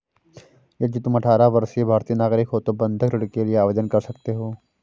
यदि तुम अठारह वर्षीय भारतीय नागरिक हो तो बंधक ऋण के लिए आवेदन कर सकते हो